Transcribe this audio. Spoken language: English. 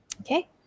Okay